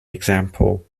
example